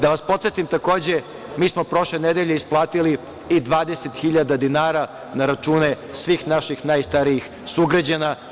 Da vas podsetim takođe, mi smo prošle nedelje isplatili i 20.000 dinara na račune svih naših najstarijih sugrađana.